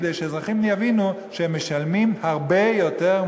כדי שהאזרחים יבינו שהם משלמים במחיר